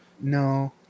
No